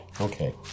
Okay